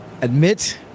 admit